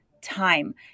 time